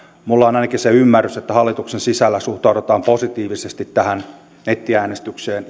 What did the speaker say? minulla on ainakin se ymmärrys että hallituksen sisällä suhtaudutaan positiivisesti tähän nettiäänestykseen